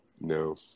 no